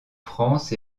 france